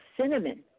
cinnamon